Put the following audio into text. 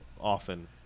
often